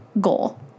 goal